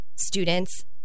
students